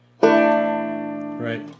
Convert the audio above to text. right